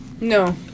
No